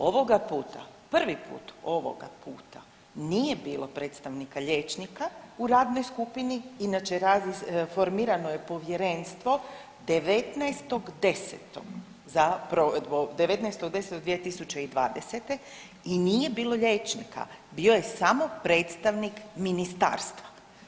Ovoga puta, prvi put ovoga puta nije bilo predstavnika liječnika u radnoj skupini, inače formirano je povjerenstvo 19.10. za provedbu, 19.10.2020. i nije bilo liječnika, bio je samo predstavnik Ministarstva.